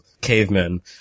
cavemen